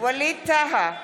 ווליד טאהא,